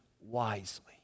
wisely